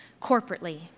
corporately